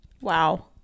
Wow